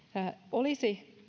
olisi